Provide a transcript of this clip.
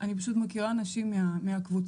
אני פשוט מכירה אנשים מהקבוצה,